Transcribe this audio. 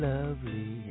Lovely